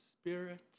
Spirit